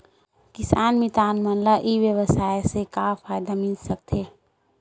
किसान मितान मन ला ई व्यवसाय से का फ़ायदा मिल सकथे?